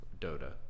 Dota